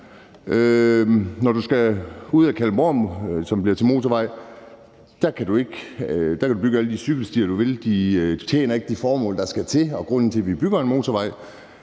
Når du skal ud mod Kalundborg, hvor der kommer en motorvej, kan man bygge alle de cykelstier, man vil, men de tjener ikke det formål, de skal, og som er grunden til, at vi bygger en motorvej.